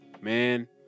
man